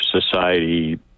society